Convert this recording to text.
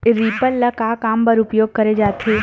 Reaper ल का काम बर उपयोग करे जाथे?